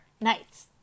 nights